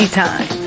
time